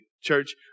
church